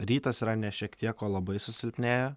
rytas yra ne šiek tiek o labai susilpnėję